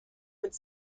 would